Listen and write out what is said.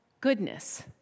goodness